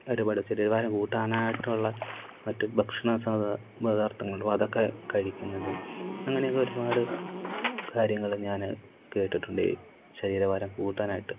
ഒരുപാട് ശരീരഭാരം കൂട്ടാനായിട്ടുള്ള മറ്റ് ഭക്ഷണ പതാർത്ഥങ്ങൾ അതൊക്കെ കഴിക്കുന്നതും അങ്ങനെ ഒക്കെ ഒരുപാട് കാര്യങ്ങള് ഞാന് കേട്ടിട്ടുണ്ട് ഈ ശരീരഭാരം കൂട്ടാനായിട്ട്